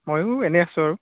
ময়ো এনেই আছোঁ আৰু